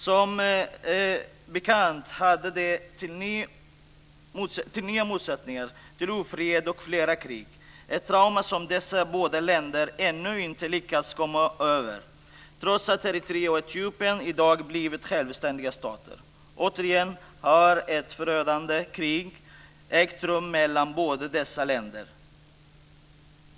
Som bekant ledde det till nya motsättningar, ofred och flera krig, ett trauma som dessa båda länder ännu inte lyckats komma över, trots att Eritrea och Etiopien i dag har blivit självständiga stater. Återigen har ett förödande krig ägt rum mellan dessa båda länder.